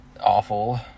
Awful